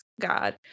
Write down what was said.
God